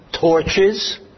torches